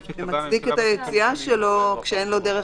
מצדיק את היציאה של ההורה כשאין לו דרך